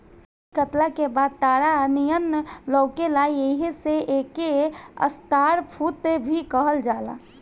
इ कटला के बाद तारा नियन लउकेला एही से एके स्टार फ्रूट भी कहल जाला